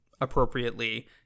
appropriately